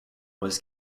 was